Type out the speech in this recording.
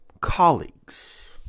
colleagues